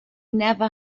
never